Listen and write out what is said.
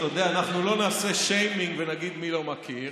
אנחנו לא נעשה שיימינג ונגיד מי לא מכיר.